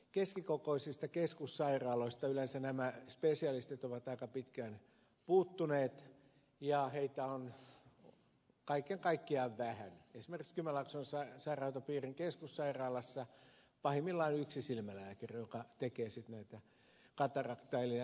keskikokoisista keskussairaaloista yleensä nämä spesialistit ovat aika pitkään puuttuneet ja heitä on kaiken kaikkiaan vähän esimerkiksi kymenlaakson sairaanhoitopiirin keskussairaalassa pahimmillaan yksi silmälääkäri joka tekee sitten näitä cataracta eli harmaakaihileikkauksia